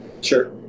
Sure